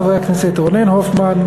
חברי הכנסת רונן הופמן,